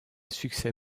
succès